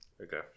Okay